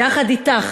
יחד אתך,